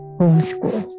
homeschool